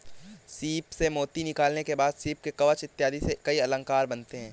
सीप से मोती निकालने के बाद सीप के कवच इत्यादि से कई अलंकार बनते हैं